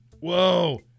whoa